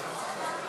חברים בתאים ומחוץ